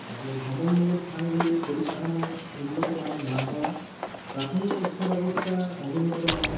তারপর ভ্রমণমূলক স্থানগুলির পরিকাঠামো উন্নত মানের না হওয়া প্রাথমিক শিক্ষা ব্যবস্থা অনুন্নত মানের